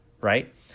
right